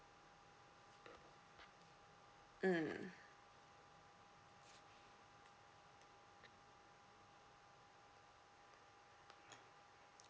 mm